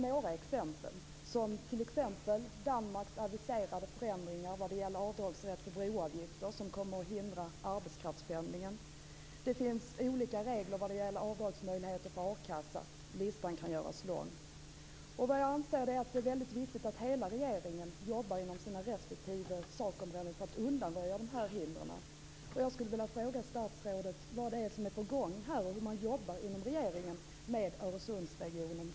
Några exempel är Danmarks aviserade förändringar när det gäller avdragsrätt för broavgifter, något som kommer att hindra arbetskraftspendling, och olika regler vad gäller avdragsmöjligheter för a-kassa. Listan kan göras lång. Jag anser att det är väldigt viktigt att hela regeringen jobbar inom respektive sakområde för att undanröja de här hindren. Jag skulle vilja fråga statsrådet vad som är på gång och hur man i regeringen jobbar med Öresundsregionen.